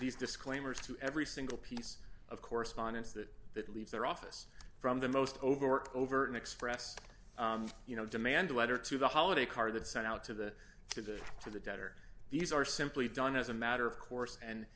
these disclaimers to every single piece of correspondence that that leaves their office from the most over over an express you know demand letter to the holiday card that sent out to the to the to the debtor these are simply done as a matter of course and